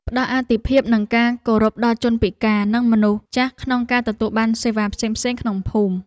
ផ្តល់អាទិភាពនិងការគោរពដល់ជនពិការនិងមនុស្សចាស់ក្នុងការទទួលបានសេវាផ្សេងៗក្នុងភូមិ។